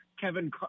Kevin